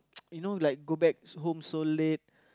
you know like go back home so late